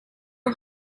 are